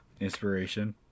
Inspiration